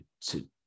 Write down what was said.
to-